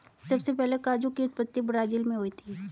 सबसे पहले काजू की उत्पत्ति ब्राज़ील मैं हुई थी